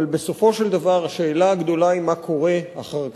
אבל בסופו של דבר השאלה הגדולה היא מה קורה אחר כך.